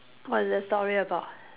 what's the story about